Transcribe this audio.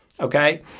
okay